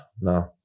No